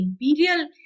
Imperial